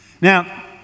Now